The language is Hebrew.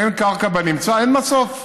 אין קרקע בנמצא, אין מסוף,